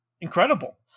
incredible